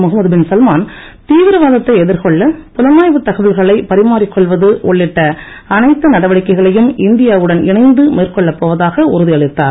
Mohammed bin Salman தீவிரவாத்த்தை எதிர்கொள்ள புலனாய்வுத் தகவல்களை பரிமாறிக்கொள்வது உள்ளிட்ட அனைத்து நடவடிக்கைகளையும் இந்தியாவுடன் இணைந்து மேற்கொள்ளப்போவதாக உறுதி அளித்தார்